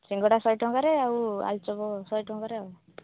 ସିଙ୍ଗଡ଼ା ଶହେ ଟଙ୍କାରେ ଆଉ ଆଳୁଚପ ଶହେ ଟଙ୍କାରେ ଆଉ